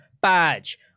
badge